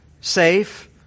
safe